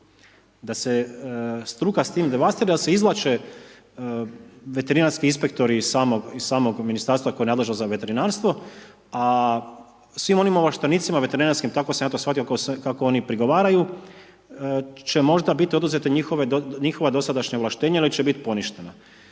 da se struka s tim devastira, da se izvlače veterinarski inspektori iz samog ministarstva koje je nadležno za veterinarstvo, a svim onim ovlaštenicima veterinarskim, tako sam ja to shvatio, kako oni prigovaraju će možda biti oduzeta njihova dosadašnja ovlaštenja ili će biti poništena.